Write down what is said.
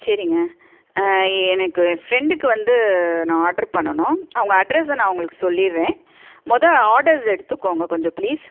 சரிங்க எனக்கு என் ஃப்ரெண்டுக்கு வந்து நான் ஆட்ரு பண்ணணும் அவங்க அட்ரஸ்ஸை நான் உங்களுக்கு சொல்லிடுறேன் முத ஆடர்ஸ் எடுத்துக்கோங்க கொஞ்சம் ப்ளீஸ்